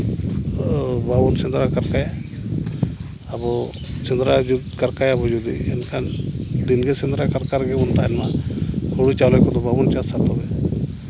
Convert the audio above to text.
ᱵᱟᱵᱚᱱ ᱥᱮᱸᱫᱽᱨᱟ ᱠᱟᱨᱠᱟᱭᱟ ᱟᱵᱚ ᱥᱮᱸᱫᱽᱨᱟ ᱠᱟᱨᱠᱟᱭᱟᱵᱚᱱ ᱡᱩᱫᱤ ᱮᱱᱠᱷᱟᱱ ᱫᱤᱱᱜᱮ ᱥᱮᱸᱫᱽᱨᱟ ᱠᱟᱨᱠᱟ ᱨᱮᱜᱮ ᱵᱚᱱ ᱛᱟᱦᱮᱱ ᱢᱟ ᱦᱳᱲᱳ ᱪᱟᱣᱞᱮ ᱠᱚᱫᱚ ᱵᱟᱵᱚᱱ ᱪᱟᱥᱟ ᱛᱚᱵᱮ